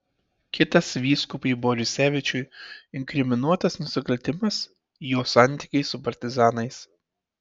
kitas vyskupui borisevičiui inkriminuotas nusikaltimas jo santykiai su partizanais